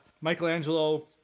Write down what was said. Michelangelo